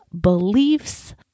beliefs